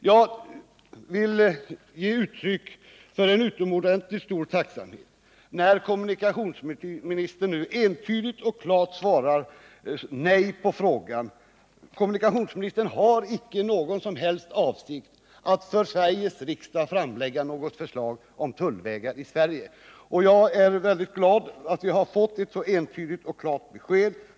Jag vill ge uttryck för en utomordentligt stor tacksamhet när kommunikationsministern nu klart svarar nej på frågan. Kommunikationsministern har icke någon som helst avsikt att för Sveriges riksdag framlägga förslag om 27 tullvägar i Sverige, och jag är mycket glad över att vi har fått detta besked.